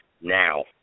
now